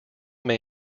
may